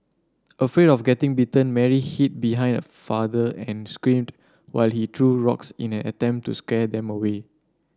afraid of getting bitten Mary hid behind her father and screamed while he threw rocks in an attempt to scare them away